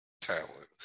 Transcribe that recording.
talent